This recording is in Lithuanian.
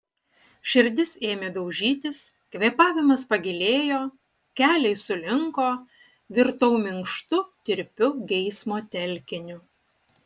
širdis ėmė daužytis kvėpavimas pagilėjo keliai sulinko virtau minkštu tirpiu geismo telkiniu